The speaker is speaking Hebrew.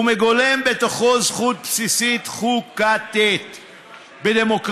הוא מגלם בתוכו זכות בסיסית חוקתית בדמוקרטיה,